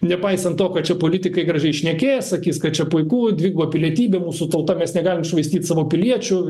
nepaisant to kad čia politikai gražiai šnekės sakys kad čia puiku dviguba pilietybė mūsų tauta mes negalim švaistyt savo piliečių